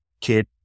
kid